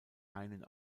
einen